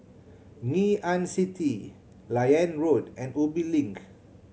Ngee Ann City Liane Road and Ubi Link